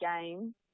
game